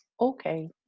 Okay